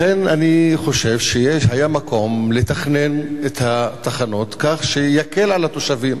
לכן אני חושב שהיה מקום לתכנן את התחנות כך שהן יקלו על התושבים.